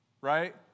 right